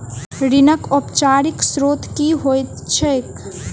ऋणक औपचारिक स्त्रोत की होइत छैक?